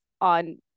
on